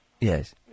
Yes